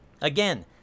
Again